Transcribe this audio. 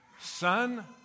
son